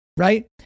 Right